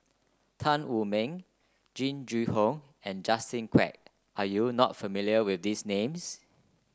Tan Wu Meng Jing Jun Hong and Justin Quek are you not familiar with these names